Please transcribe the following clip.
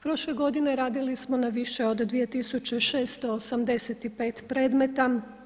Prošle godine radili smo na više od 2685 predmeta.